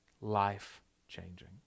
life-changing